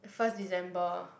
first December